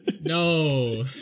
No